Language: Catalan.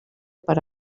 per